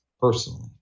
personally